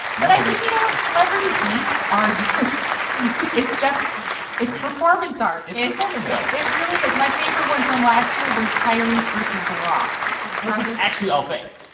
but i think you know what? celebrity beefs are just it's just it's performance art it's performance art it really is. my favorite one from last year was tyrese versus the rock which was actually all fake,